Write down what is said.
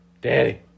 Daddy